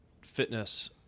fitness